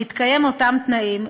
בהתקיים אותם תנאים,